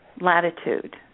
latitude